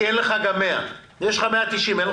כי אין לך גם 200 שקל, יש לך 190 שקל.